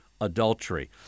adultery